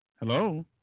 Hello